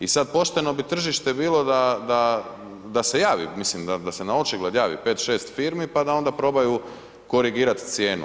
I sada pošteno bi tržište bilo da se javi, mislim da se na očigled javi pet, šest firmi pa da onda probaju korigirat cijenu.